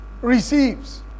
receives